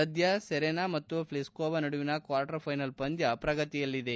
ಸದ್ಯ ಸೆರೆನಾ ಮತ್ತು ಭ್ಲಿಸ್ಕೋವಾ ನಡುವಿನ ಕ್ವಾರ್ಟರ್ ಫೈನಲ್ ಪಂದ್ಯ ಪ್ರಗತಿಯಲ್ಲಿದೆ